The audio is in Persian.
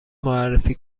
معرفی